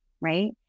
right